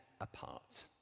apart